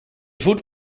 voet